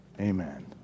Amen